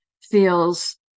feels